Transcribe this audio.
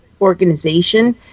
organization